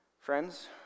Friends